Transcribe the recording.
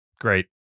Great